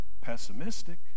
pessimistic